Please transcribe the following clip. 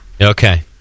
Okay